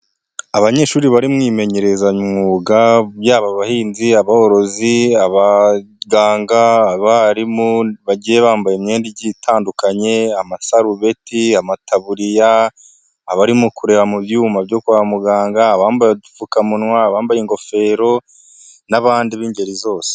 Abanyeshuri bari mu imenyerezamwuga, yaba abahinzi, aborozi, abaganga, abarimu bagiye bambaye imyenda igiye itandukanye, amasarubeti, amataburiya, abarimo kureba mu byuma byo kwa muganga, abambaye udupfukamunwa, abambaye ingofero, n'abandi b'ingeri zose.